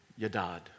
yadad